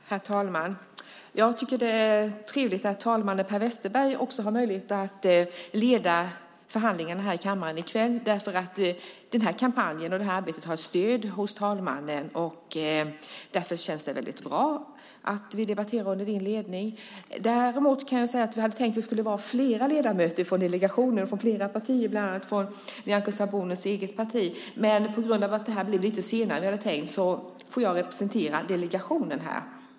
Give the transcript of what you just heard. Herr talman! Jag tycker att det är trevligt att talman Per Westerberg har möjlighet att leda förhandlingarna här i kväll, för den här kampanjen och det här arbetet har stöd hos talmannen. Därför känns det bra att vi debatterar under din ledning, Per Westerberg. Egentligen var meningen att vi skulle vara flera ledamöter från delegationen och från flera partier som deltog i debatten, bland annat från Nyamko Sabunis eget parti, men eftersom det blev lite senare än det var tänkt får jag ensam representera delegationen här.